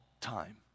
time